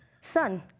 son